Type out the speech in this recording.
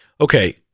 Okay